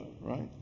right